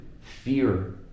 fear